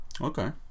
Okay